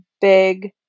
big